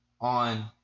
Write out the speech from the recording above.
on